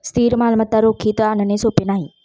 स्थिर मालमत्ता रोखीत आणणे सोपे नाही